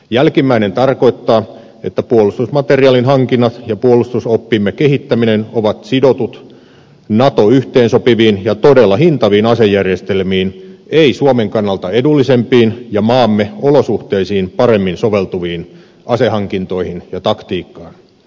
jälkimmäinen tarkoittaa että puolustusmateriaalin hankinnat ja puolustusoppimme kehittäminen ovat sidotut nato yhteensopiviin ja todella hintaviin asejärjestelmiin eivät suomen kannalta edullisempiin ja maamme olosuhteisiin paremmin soveltuviin asehankintoihin ja taktiikkaan